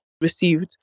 received